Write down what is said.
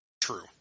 True